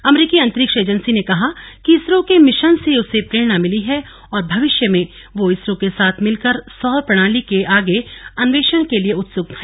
अमरीकी अंतरिक्ष एजेंसी ने कहा कि इसरो के मिशन से उसे प्रेरणा मिली है और भविष्य में वह इसरो के साथ मिलकर सौर प्रणाली के आगे अन्वेषण के लिए उत्सुक है